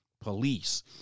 police